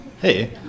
Hey